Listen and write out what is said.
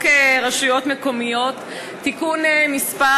הרשויות המקומיות (מימון בחירות) (תיקון מס'